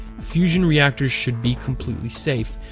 fusion reactors should be completely safe,